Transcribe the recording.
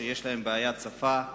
שיש להן בעיית שפה,